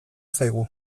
zaigu